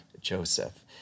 Joseph